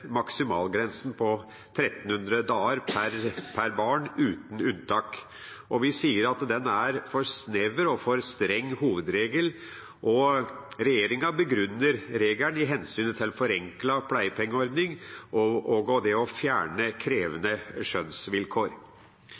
maksimalgrensen på 1 300 dager per barn uten unntak. Vi sier at det er en for snever og for streng hovedregel. Regjeringa begrunner regelen med hensynet til en forenklet pleiepengeordning og det å fjerne krevende skjønnsvilkår.